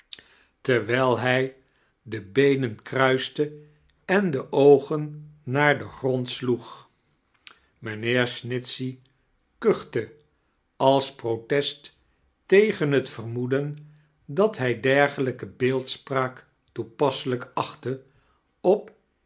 terwijl hij de beenen kruiste en de c-ogen naar den grond sloeg mijnheer snitehey kuchte als pnotest tegen het vermoedein dat hij dergelijke beeldspraak toepasiselijk achtte op